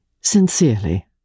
Sincerely